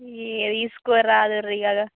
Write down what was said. ఇక తీసుకోరాదండి కదా